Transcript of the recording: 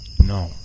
No